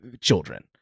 children